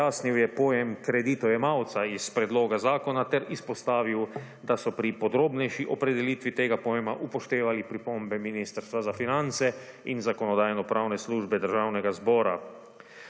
Pojasnil je pojem kreditojemalca iz Predloga zakona ter izpostavil, da so pri podrobnejši opredelitvi tega pojma upoštevali pripombe Ministrstva za finance in Zakonodajno-pravne službe Državnega zbora.